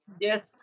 yes